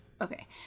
Okay